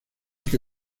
que